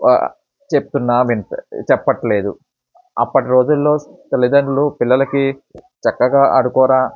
చెప్తున్నాను విను చెప్పట్లేదు అప్పటి రోజుల్లో తల్లిదండ్రులు పిల్లలకి చక్కగా ఆడుకోరా